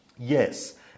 Yes